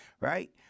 right